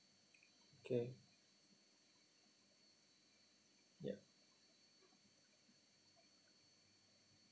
okay ya